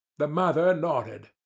the mother nodded.